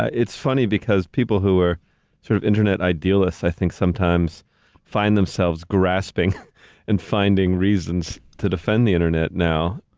ah it's funny because people who are sort of internet idealists, i think, sometimes find themselves grasping and finding reasons to defend the internet now.